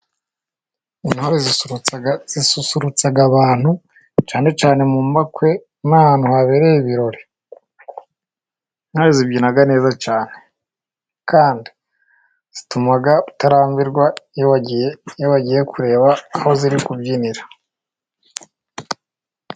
Intore zisusurutsa abantu cyane cyane mu bukwe n'ahantu habereye ibirori. Intore zibyina neza cyane kandi zituma utarambirwa iyo wagiye kureba aho ziri kubyinira.